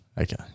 Okay